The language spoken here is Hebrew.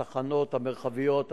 התחנות המרחביות,